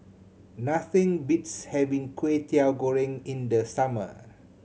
nothing beats having Kway Teow Goreng in the summer